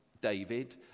David